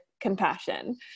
compassion